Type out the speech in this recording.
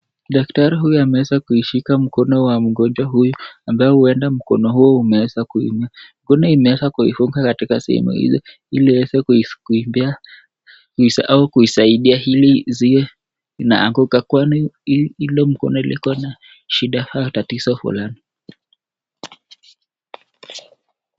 Daktari ameweza kuishika mkono wa mgonjwa huyu ambaye huenda mkono huu umeweza kuumia. Mkono imeweza kuinuka katika sehemu hizi ili iweze kuisadia ili isiwe inaanguka kwani ile mkono ilikua na shinda au tatizo fulani.